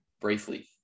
briefly